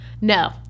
no